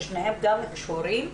ששניהם גם קשורים.